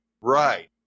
Right